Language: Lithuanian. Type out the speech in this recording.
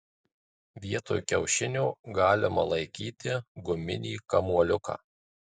vietoj kiaušinio galima laikyti guminį kamuoliuką